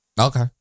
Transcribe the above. Okay